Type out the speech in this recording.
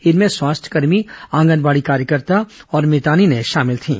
इनमें स्वास्थ्यकर्मी आंगनबाड़ी कार्यकर्ता और मितानिनें शामिल थीं